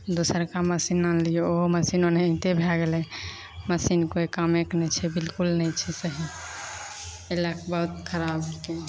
दोसरका मशीन आनलिए ओहो मशीन ओनाहिते भै गेलै मशीन कोइ कामेके नहि छै बिलकुल नहि छै सही एहि लैके बहुत खराब हिकै